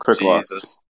Jesus